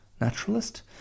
naturalist